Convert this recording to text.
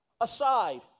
aside